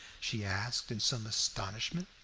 she asked in some astonishment.